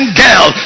girl